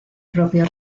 propio